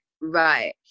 Right